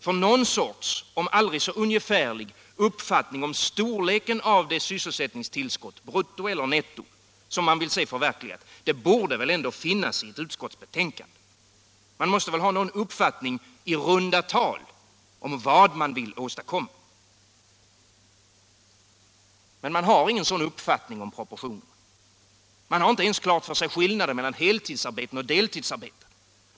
För någon sorts, om också aldrig så ungefärlig, uppfattning om storleksordningen av det sysselsättningstillskott, brutto eller netto, som man vill söka förverkliga borde väl ändå finnas i ett utskottsbetänkande! Man måste väl ha någon uppfattning i runda tal om vad man vill åstadkomma. Men man har ingen uppfattning om proportionerna. Man har inte ens klart för sig skillnaden mellan heltidsoch deltidsarbeten.